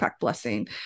blessing